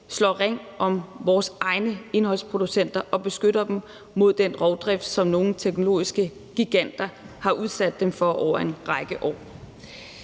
slår ring om vores egne indholdsproducenter og beskytter dem mod den rovdrift, som nogle teknologiske giganter har udsat dem for over en række år.